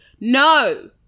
No